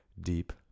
deep